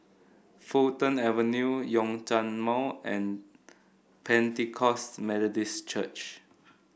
Fulton Avenue Zhongshan Mall and Pentecost Methodist Church